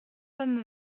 pomme